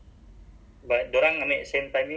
so actually that's why now